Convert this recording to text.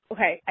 Okay